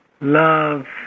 love